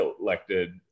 elected